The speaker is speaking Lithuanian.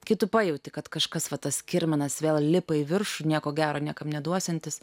kai tu pajauti kad kažkas va tas kirminas vėl lipa į viršų nieko gero niekam neduosiantis